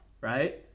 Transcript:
right